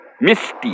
Misty